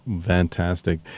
Fantastic